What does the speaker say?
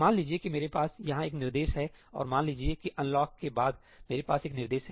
मान लीजिए कि मेरे पास यहां एक निर्देश है और मान लीजिए कि अनलॉक के बाद मेरे पास एक निर्देश है